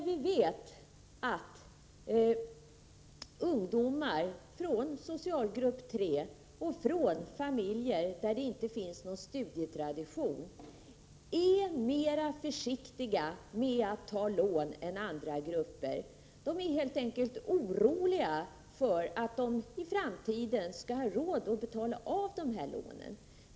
Vi vet att ungdomar från socialgrupp 3 och från familjer utan studietradition är försiktigare än andra grupper när det gäller att ta lån. De är helt enkelt oroliga för att de i framtiden inte kommer att ha råd att betala av lånen.